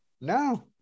No